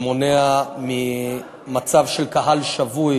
חוק שמונע מצב של קהל שבוי